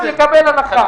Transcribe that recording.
יקבל הנחה.